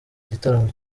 gitaramo